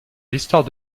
l’histoire